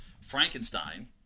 Frankenstein